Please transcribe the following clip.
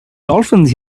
dolphins